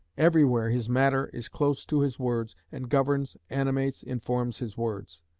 everywhere his matter is close to his words, and governs, animates, informs his words.